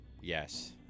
Yes